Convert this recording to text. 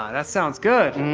ah that sounds good.